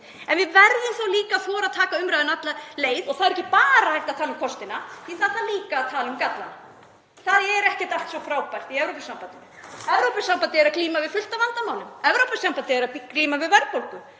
en við verðum líka að þora að taka umræðuna alla leið og það er ekki bara hægt að tala um kostina, það þarf líka að tala um galla. Það er ekkert allt svo frábært í Evrópusambandinu. Evrópusambandið er að glíma við fullt af vandamálum. Evrópusambandið er að glíma við verðbólgu.